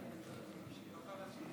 כנסת נכבדה, כבוד השר,